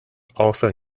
also